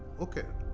okay.